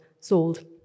sold